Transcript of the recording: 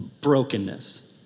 brokenness